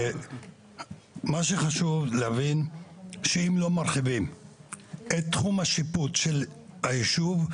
מה שחשוב להבין שאם לא מרחיבים את תחום השיפוט של היישוב,